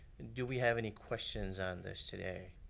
and do we have any questions on this today?